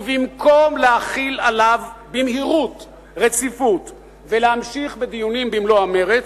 ובמקום להחיל עליו במהירות רציפות ולהמשיך בדיונים במלוא המרץ,